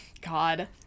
God